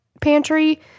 pantry